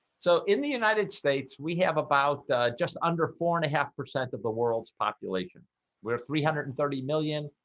so in the united states we have about just under four and a half percent of the world's population we're three hundred and thirty million.